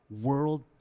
world